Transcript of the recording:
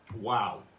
Wow